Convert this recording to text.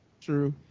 True